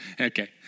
Okay